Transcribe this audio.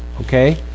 Okay